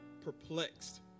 perplexed